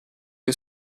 che